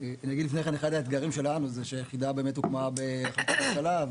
אחד האתגרים שלנו זה שהיחידה באמת הוקמה בהחלטת ממשלה.